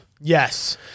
Yes